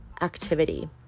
activity